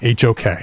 HOK